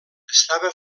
estava